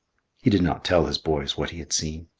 he did not tell his boys what he had seen.